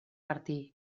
martí